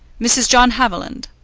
mrs. john haviland.